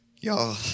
y'all